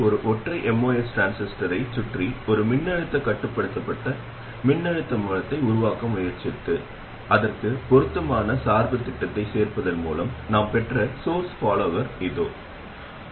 இப்போது ஒரு ஒற்றை MOS டிரான்சிஸ்டரைப் பயன்படுத்தி எங்கள் மின்னழுத்தக் கட்டுப்படுத்தப்பட்ட மின்னோட்ட மூலமானது இப்படி உருவாக்கப்பட்டுள்ளது அதை மூலத்தில் உள்ள தற்போதைய மூலத்துடன் நாங்கள் சார்பளிக்கிறோம்